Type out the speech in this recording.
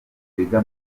wiga